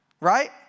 Right